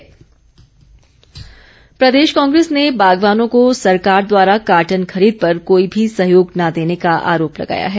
कांग्रेस प्रदेश कांग्रेस ने बागवानों को सरकार द्वारा कार्टन खरीद पर कोई भी सहयोग न देने का आरोप लगाया है